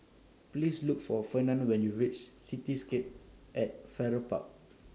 Please Look For Fernand when YOU REACH Cityscape At Farrer Park